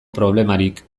problemarik